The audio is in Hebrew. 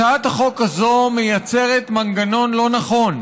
הצעת החוק הזאת מייצרת מנגנון לא נכון.